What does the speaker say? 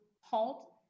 halt